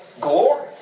glory